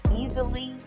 easily